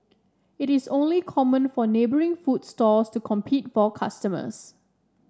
it is only common for neighbouring food stalls to compete for customers